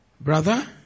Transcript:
Brother